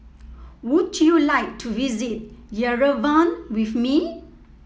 would you like to visit Yerevan with me